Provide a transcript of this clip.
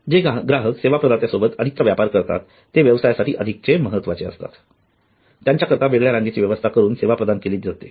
जे ग्राहक सेवा प्रदात्यासोबत अधिकचा व्यापार करतात ते व्यवसायासाठी अधिक महत्वाचे असतात त्यांच्याकरीता वेगळ्या रांगेची व्यवस्था करून सेवा प्रदान केली जाते